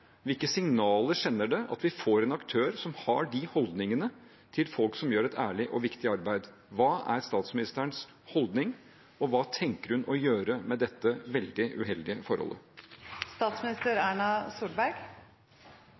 Hvilke signaler sender det at vi får en aktør som har de holdningene til folk som gjør et ærlig og viktig arbeid? Hva er statsministerens holdning, og hva tenker hun å gjøre med dette veldig uheldige